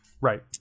right